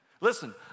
listen